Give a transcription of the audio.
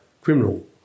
criminal